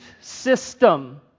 system